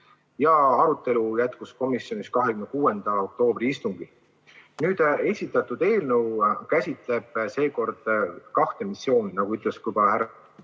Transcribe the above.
Arutelu jätkus komisjonis 26. oktoobri istungil. Nüüd, eelnõu käsitleb seekord kahte missiooni, nagu ütles ka juba